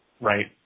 Right